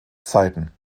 zeiten